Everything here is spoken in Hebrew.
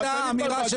אתם התבלבלתם.